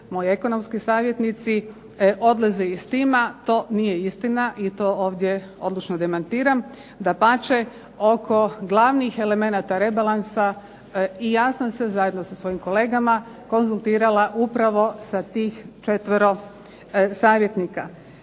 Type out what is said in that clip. moji ekonomski savjetnici odlaze iz tima. To nije istina i to ovdje odlučno demantirat. Dapače, oko glavnih elemenata rebalansa i ja sam se zajedno sa svojim kolegama konzultirala upravo sa tih četvero savjetnika.